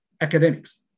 academics